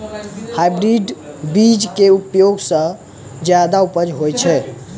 hybrid बीज के उपयोग सॅ ज्यादा उपज होय छै